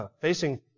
facing